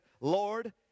Lord